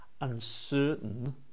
uncertain